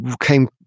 came